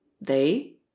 They